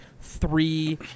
three